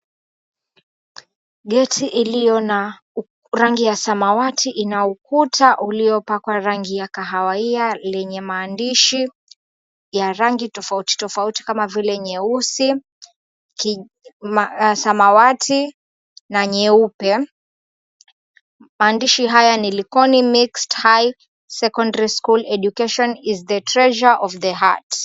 Gate iliyo na rangi ya samawati ina ukuta uliopakwa rangi ya kahawia lenye maandishi ya rangi tofauti tofauti kama vile; nyeusi, samawati na nyeupe. Maandishi haya ni, "Likoni mixed high secondary school, education is the treasure of the heart".